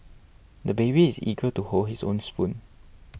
the baby is eager to hold his own spoon